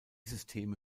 systeme